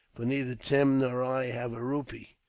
for neither tim nor i have a rupee.